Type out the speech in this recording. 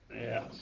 Yes